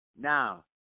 Now